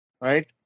right